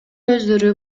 өздөрү